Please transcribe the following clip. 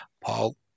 Paul